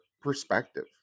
perspective